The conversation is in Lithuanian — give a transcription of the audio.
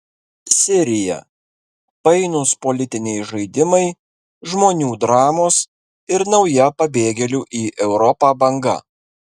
sirija painūs politiniai žaidimai žmonių dramos ir nauja pabėgėlių į europą banga